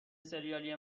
ســریالی